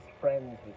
friends